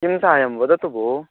किं सहायं वदतु भो